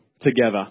together